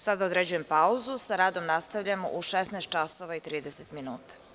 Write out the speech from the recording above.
Sada određujem pauzu, a sa radom nastavljamo u 16 časova i 30 minuta.